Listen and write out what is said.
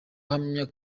ahamya